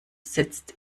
setzt